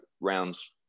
rounds